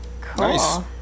Cool